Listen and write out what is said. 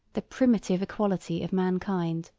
the primitive equality of mankind.